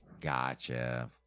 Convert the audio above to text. Gotcha